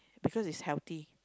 because it's healthy